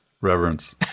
reverence